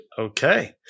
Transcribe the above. Okay